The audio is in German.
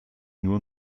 nur